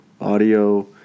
Audio